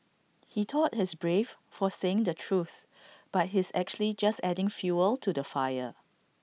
he thought he's brave for saying the truth but he's actually just adding fuel to the fire